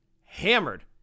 hammered